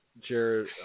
Jared